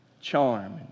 charm